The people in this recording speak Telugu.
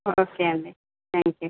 ఓకే అండి థ్యాంక్ యూ